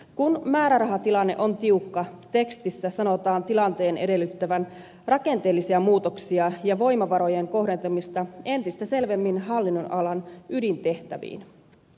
kun määrärahatilanne on tiukka tekstissä sanotaan tilanteen edellyttävän rakenteellisia muutoksia ja voimavarojen kohdentamista entistä selvemmin hallinnonalan ydintehtäviin